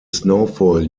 snowfall